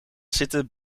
zitten